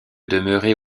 demeurer